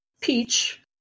Peach